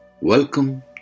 Welcome